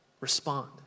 Respond